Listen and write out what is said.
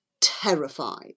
terrified